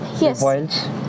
Yes